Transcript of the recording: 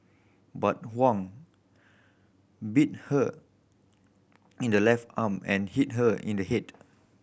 but Huang bit her in the left arm and hit her in the head